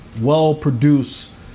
well-produced